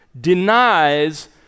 denies